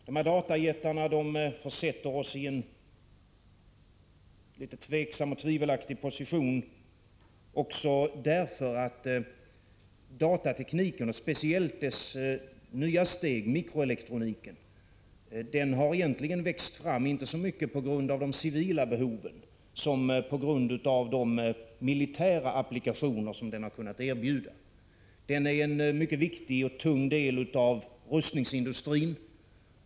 Dessa datajättar försätter oss i en litet tvivelaktig position också därför att datatekniken, och speciellt dess nya steg mikroelektroniken, egentligen har växt fram inte så mycket på grund av de civila behoven som på grund av de militära applikationer som den har kunnat erbjuda. Den är en mycket viktig och tung del av rustningsindustrin.